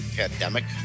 pandemic